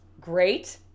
Great